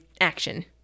action